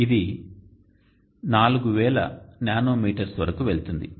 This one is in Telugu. ఇది 4000 నానో మీటర్స్ వరకు వెళ్తుంది